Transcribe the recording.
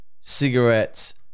cigarettes